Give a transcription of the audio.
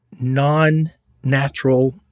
non-natural